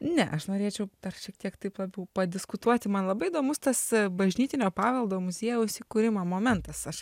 ne aš norėčiau dar šiek tiek taip labiau padiskutuoti man labai įdomus tas bažnytinio paveldo muziejaus įkūrimo momentas aš